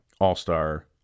all-star